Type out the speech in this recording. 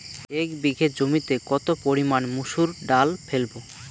এক বিঘে জমিতে কত পরিমান মুসুর ডাল ফেলবো?